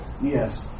Yes